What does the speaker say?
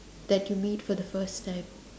that you meet for the first time